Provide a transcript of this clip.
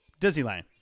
Disneyland